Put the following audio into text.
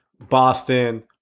Boston